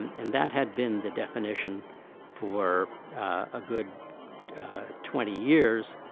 and that had been the definition for a good twenty years.